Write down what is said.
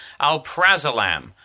alprazolam